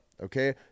Okay